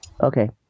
Okay